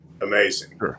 amazing